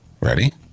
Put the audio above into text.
Ready